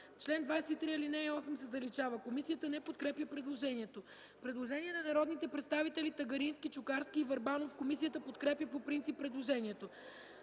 Член 23 ал. 8 се заличава. Комисията не подкрепя предложението. Има предложение на народните представители Марио Тагарински, Димитър Чукарски, Венцислав Върбанов Комисията подкрепя по принцип предложението.